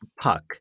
puck